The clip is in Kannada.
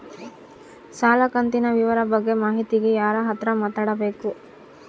ಸಾಲ ಕಂತಿನ ವಿವರ ಬಗ್ಗೆ ಮಾಹಿತಿಗೆ ಯಾರ ಹತ್ರ ಮಾತಾಡಬೇಕು?